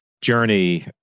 journey